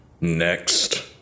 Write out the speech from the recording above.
Next